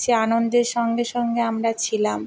সে আনন্দের সঙ্গে সঙ্গে আমরা ছিলাম